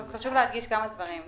חשוב לי לומר כמה דברים.